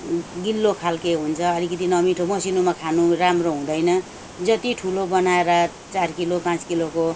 गिलो खाले हुन्छ अलिकिति नमिठो मसिनोमा खानु राम्रो हुँदैन जति ठुलो बनाएर चार किलो पाँच किलोको